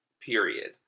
period